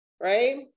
right